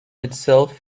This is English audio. itself